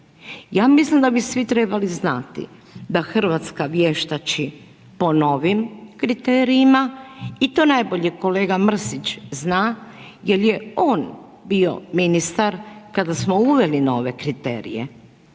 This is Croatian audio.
Ja mislim da bi svi trebali znati da Hrvatska vještači po novim kriterijima i to najbolje kolega Mrsić zna jer je on bio ministar kada smo uveli nove kriterije.